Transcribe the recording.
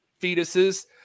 fetuses